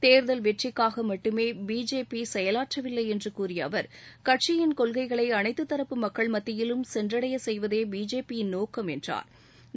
தேர்தல் வெற்றிக்காக மட்டுமே பி ஜே பி செயலாற்றவில்லை என்று கூறிய அவர் கட்சியின் கொள்கைகளை அனைத்து தரப்பு மக்கள் மத்தியிலும் சென்றடைய செய்வதே கட்சியின் நோக்கம் என்றாா்